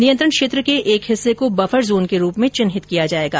नियंत्रण क्षेत्र के एक हिस्से को बफर जोन के रूप में चिन्हित किया जाएगा